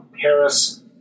Paris